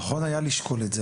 נכון היה לשקול את זה.